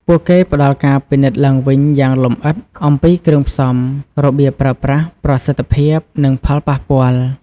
ពួកគេផ្តល់ការពិនិត្យឡើងវិញយ៉ាងលម្អិតអំពីគ្រឿងផ្សំ របៀបប្រើប្រាស់ ប្រសិទ្ធភាព និងផលប៉ះពាល់។